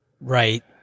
Right